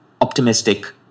optimistic